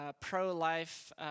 pro-life